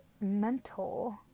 mental